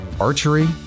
archery